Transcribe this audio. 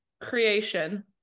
creation